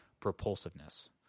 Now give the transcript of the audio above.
propulsiveness